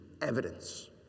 evidence